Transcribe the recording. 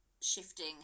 shifting